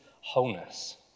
wholeness